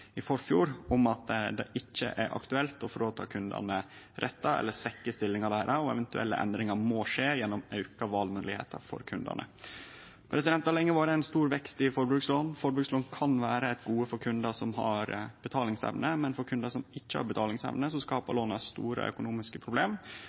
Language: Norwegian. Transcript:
i forfjor, om at det ikkje er aktuelt å ta rettar frå kundane eller å svekkje stillinga deira, og at eventuelle endringar må skje gjennom auka valmogelegheiter for kundane. Det har lenge vore stor vekst i forbrukslån. Forbrukslån kan vere eit gode for kundar som har betalingsevne, men for kundar som ikkje har betalingsevne, skapar